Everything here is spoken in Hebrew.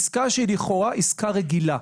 לכאורה היא עסקה רגילה.